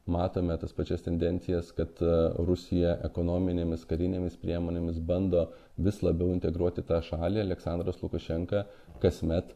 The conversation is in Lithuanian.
matome tas pačias tendencijas kad rusija ekonominėmis karinėmis priemonėmis bando vis labiau integruoti tą šalį aleksandras lukašenka kasmet